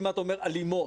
כמעט אלימות.